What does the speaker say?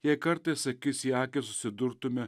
jei kartais akis į akį susidurtume